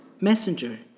messenger